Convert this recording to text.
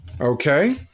okay –